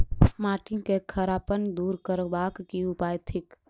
माटि केँ खड़ापन दूर करबाक की उपाय थिक?